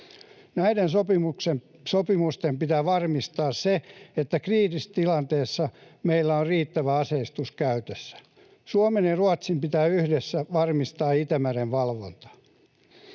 Näiden sopimusten pitää varmistaa se, että kriisitilanteessa meillä on riittävä aseistus käytössä. Suomen ja Ruotsin pitää yhdessä varmistaa Itämeren valvonta.